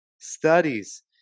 studies